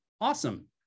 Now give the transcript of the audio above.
Awesome